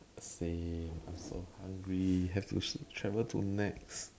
same I'm so hungry have to travel to Nex